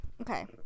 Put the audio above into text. okay